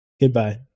Goodbye